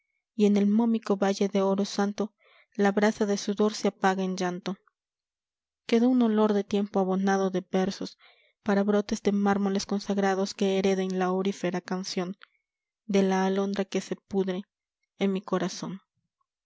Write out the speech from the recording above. y en el mómico valle de oro santo la brasa de sudor se apaga en llanto queda un olor de tiempo abonado de versos para brotes de mármoles consagrados que hereden la aurífera canción de la alondra que se pudre en mi corazón